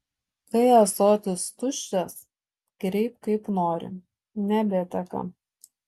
kai ąsotis tuščias kreipk kaip nori nebeteka